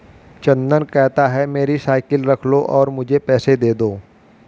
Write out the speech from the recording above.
चंदन कहता है, मेरी साइकिल रख लो और मुझे पैसे दे दो